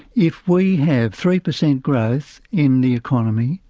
if we have three percent growth in the economy.